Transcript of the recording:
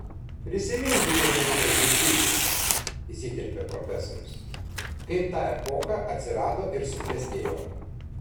prisiminkite jaunieji bičiuliai įsiterpė profesorius kaip ta epocha atsirado ir suklestėjo